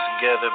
together